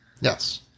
Yes